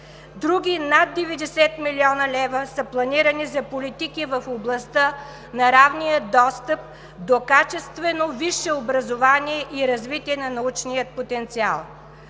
Други над 90 млн. лв. са планирани за политики в областта на равния достъп до качествено висше образование и развитие на научния потенциал.